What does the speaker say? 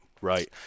right